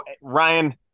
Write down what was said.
Ryan